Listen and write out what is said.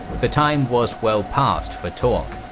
the time was well past for talk.